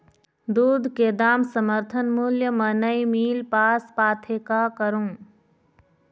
दूध के दाम समर्थन मूल्य म नई मील पास पाथे, का करों?